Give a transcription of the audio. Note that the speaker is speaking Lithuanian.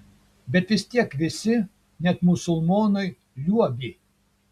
bet vis tiek visi net musulmonai liuobė